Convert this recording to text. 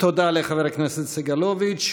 תודה לחבר הכנסת סגלוביץ'.